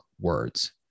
words